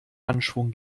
anschwung